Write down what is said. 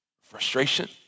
frustration